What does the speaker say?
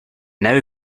now